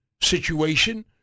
situation